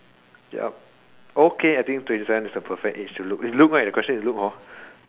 okay I think twenty seven is the perfect age to look is look right the question is look